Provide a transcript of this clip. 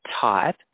type